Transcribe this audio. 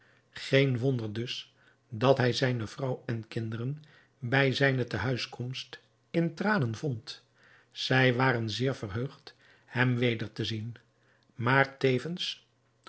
geen wonder dus dat hij zijne vrouw en kinderen bij zijne tehuiskomst in tranen vond zij waren zeer verheugd hem weder te zien maar tevens